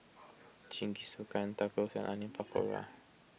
Jingisukan Tacos and Onion Pakora